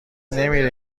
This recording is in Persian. نمیره